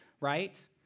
right